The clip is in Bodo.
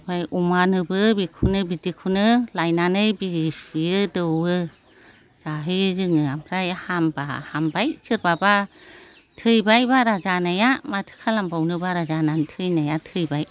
ओमफ्राय अमानोबो बेखौनो बिदिखौनो लायनानै बिजि सुयो दौओ जाहोयो जोङो ओमफ्राय हामोबा हामबाय सोरबाबा थैबाय बारा जानाया माथो खालामबावनो बारा जानानै थैनाया थैबाय